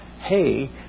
hey